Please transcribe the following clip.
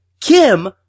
Kim